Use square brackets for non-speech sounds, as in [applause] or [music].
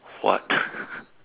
what [laughs]